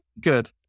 Good